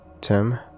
Tim